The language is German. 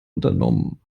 unternommen